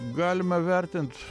galima vertint